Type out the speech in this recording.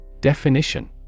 Definition